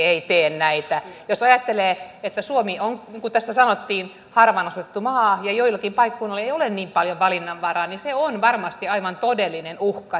ei tee näitä jos ajattelee että suomi on niin kuin tässä sanottiin harvaan asuttu maa ja joillakin paikkakunnilla ei ole niin paljon valinnanvaraa niin se on varmasti aivan todellinen uhka